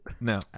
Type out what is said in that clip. No